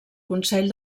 consell